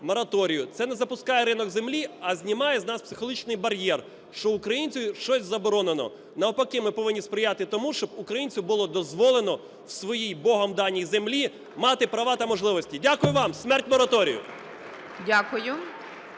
Це не запускає ринок землі, а знімає з нас психологічний бар'єр, що українцю щось заборонено. Навпаки, ми повинні сприяти тому, щоб українцю було дозволено в своїй Богом даній землі мати права та можливості. Дякую вам. Смерть мораторію!